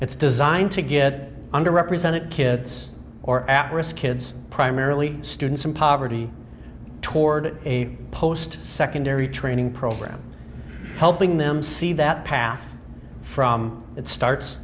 it's designed to get under represented kids or address kids primarily students in poverty toward a post secondary training program helping them see that path from that starts